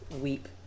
weep